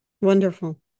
Wonderful